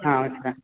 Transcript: ஆ வச்சுருங்க